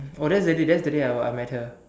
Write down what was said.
oh that's the day that's the day I met her